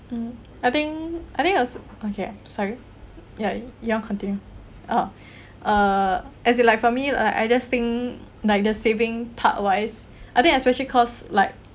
mm I think I think as okay I'm sorry ya you want continue uh uh as in like for me uh I just think like the saving part wise I think especially cause like